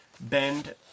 bend